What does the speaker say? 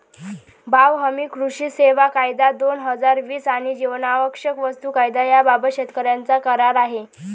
भाव हमी, कृषी सेवा कायदा, दोन हजार वीस आणि जीवनावश्यक वस्तू कायदा याबाबत शेतकऱ्यांचा करार आहे